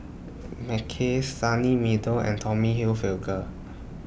Mackays Sunny Meadow and Tommy Hilfiger